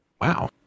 wow